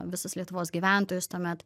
visus lietuvos gyventojus tuomet